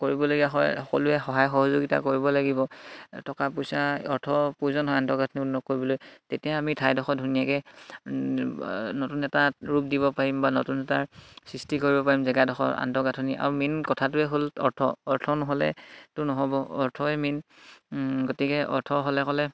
কৰিবলগীয়া হয় সকলোৱে সহায় সহযোগিতা কৰিব লাগিব টকা পইচা অৰ্থ প্ৰয়োজন হয় আন্তঃগাঁথনি উন্নত কৰিবলৈ তেতিয়া আমি ঠাইডখৰ ধুনীয়াকৈ নতুন এটা ৰূপ দিব পাৰিম বা নতুন এটা সৃষ্টি কৰিব পাৰিম জেগাডখৰ আন্তঃগাঁথনি আৰু মেইন কথাটোৱে হ'ল অৰ্থ অৰ্থ নহ'লেতো নহ'ব অৰ্থই মেইন গতিকে অৰ্থ হ'লে ক'লে